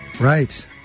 Right